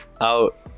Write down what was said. out